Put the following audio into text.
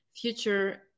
future